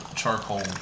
charcoal